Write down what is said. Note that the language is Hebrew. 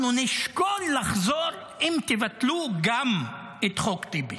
אנחנו נשקול לחזור אם תבטלו גם את חוק טיבי.